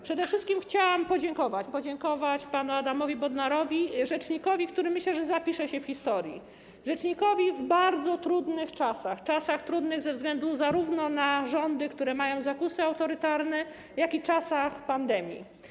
Przede wszystkim chciałam podziękować panu Adamowi Bodnarowi, rzecznikowi, który, myślę, zapisze się w historii, rzecznikowi w bardzo trudnych czasach, w czasach trudnych ze względu zarówno na rządy, które mają zakusy autorytarne, jak i na pandemię.